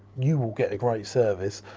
you will get a great service.